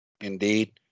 Indeed